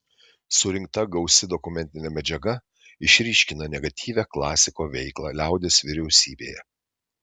surinkta gausi dokumentinė medžiaga išryškina negatyvią klasiko veiklą liaudies vyriausybėje